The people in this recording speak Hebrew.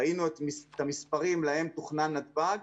ראינו את המספרים להם תוכנן נתב"ג,